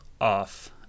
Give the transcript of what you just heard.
off